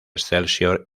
excelsior